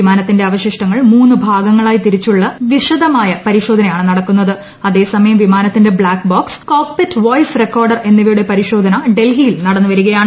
വിമാനത്തിന്റെ അവശിഷ്ടങ്ങൾ മൂന്ന് ഭാഗ്യങ്ങളായി തിരിച്ചുള്ള വിശദമായ പരിശോധനയാണ് നടക്കുന്നിൽ ്രഅതേസമയം വിമാനത്തിന്റെ ബ്ലാക്ക് ബോക്സ് കോക്പിറ്റ് റ്റ്ലോയിസ് റെക്കോർഡർ എന്നിവയുടെ പരിശോധന ഡൽഹിയിൽ ് നടക്കുകയാണ്